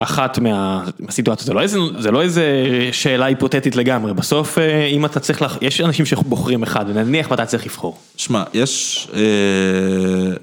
אחת מהסיטואציות, זה לא איזה שאלה היפותטית לגמרי, בסוף אם אתה צריך, יש אנשים שבוחרים אחד, נניח ואתה צריך לבחור. שמע, יש...